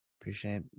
appreciate